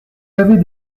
avez